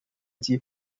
赛季